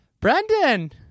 Brendan